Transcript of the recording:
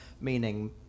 meaning